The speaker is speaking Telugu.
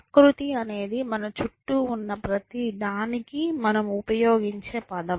ప్రకృతి అనేది మన చుట్టూ ఉన్న ప్రతిదానికీ మనం ఉపయోగించే పదం